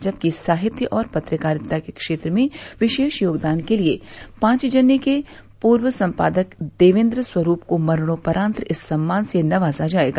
जबकि साहित्य और पत्रकारिता के क्षेत्र में विशेष योगदान के लिए पांचजन्य के पूर्व संपादक देवेन्द्र स्वरूप को मरणोपरान्त इस सम्मान से नवाज़ा जायेगा